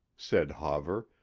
said hawver,